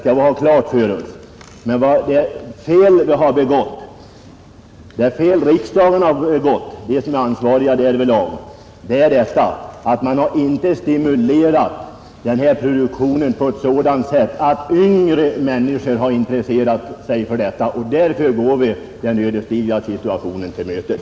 Men det fel som de ansvariga här i riksdagen har begått är, att man inte har stimulerat denna produktion på ett sådant sätt att yngre människor intresserat sig för den, Det är därför vi nu går denna ödesdigra situation till mötes.